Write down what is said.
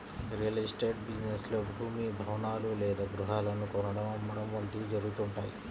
real estate business లో భూమి, భవనాలు లేదా గృహాలను కొనడం, అమ్మడం వంటివి జరుగుతుంటాయి